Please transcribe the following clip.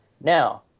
Now